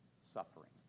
suffering